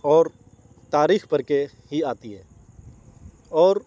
اور تاریخ پڑھ کے ہی آتی ہے اور